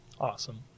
awesome